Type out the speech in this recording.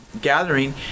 gathering